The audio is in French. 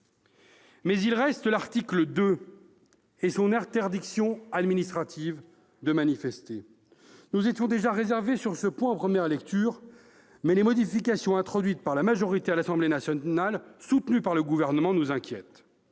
... Reste l'article 2, qui prévoit l'interdiction administrative de manifester. Nous étions déjà réservés sur ce point en première lecture. Les modifications introduites par la majorité à l'Assemblée nationale, avec le soutien du Gouvernement, nous inquiètent